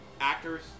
Actors